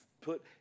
put